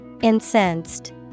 Incensed